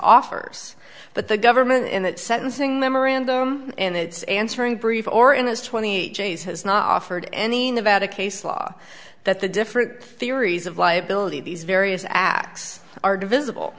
offers but the government in the sentencing memorandum and its answering brief or in his twenty eight days has not offered any nevada case law that the different theories of liability these various acts are divisible